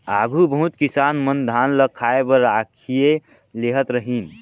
आघु बहुत किसान मन धान ल खाए बर राखिए लेहत रहिन